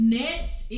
next